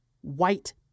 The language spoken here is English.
white